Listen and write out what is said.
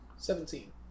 Seventeen